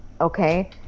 Okay